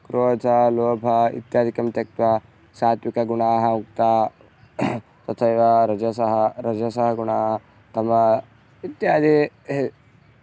क्रोधलोभ इत्यादिकं त्यक्त्वा सात्विकगुणाः उक्ताः तथैव रजसः रजसः गुणाः तमः इत्यादि